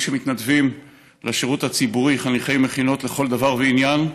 שמתנדבים לשירות חניכי מכינות לכל דבר ועניין,